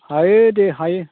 हायो दे हायो